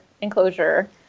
Enclosure